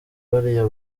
bariya